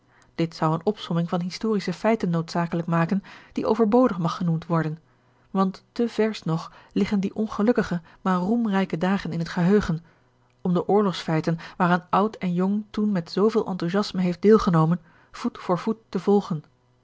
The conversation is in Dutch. dit zou eene opsomming van historische feiten noodzakelijk maken die overbodig mag genoemd worden want te versch nog george een ongeluksvogel liggen die ongelukkige maar roemrijke dagen in het geheugen om de oorlogsfeiten waaraan oud en jong toen met zooveel enthousiasme heeft deelgenomen voet voor voet te volgen